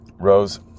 rose